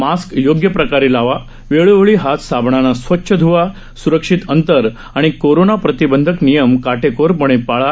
mask योग्य प्रकारे लावा वेळोवेळी हात साबणाने स्वच्छ ध्वा सुरक्षित अंतर आणि कोरोना प्रतिबंधक नियम काटेकोर णे ाळा